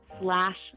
slash